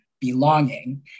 belonging